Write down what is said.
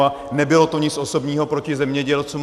A nebylo to nic osobního proti zemědělcům.